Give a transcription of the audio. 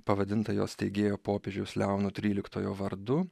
pavadinta jos steigėjo popiežiaus leono tryliktojo vardu